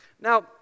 Now